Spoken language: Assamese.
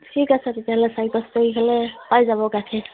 ঠিক আছে তেতিয়াহ'লে চাৰি পাঁচ তাৰিখলৈ পাই যাব গাখীৰ